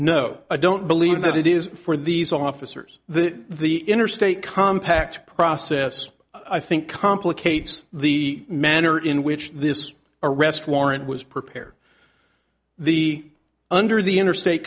no i don't believe that it is for these officers that the interstate compact process i think complicates the manner in which this arrest warrant was prepared the under the interstate